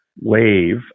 wave